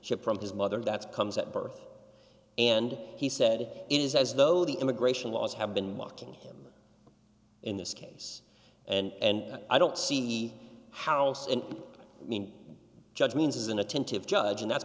ship from his mother that's comes at birth and he said it is as though the immigration laws have been walking him in this case and i don't see how i mean judge means as an attentive judge and that's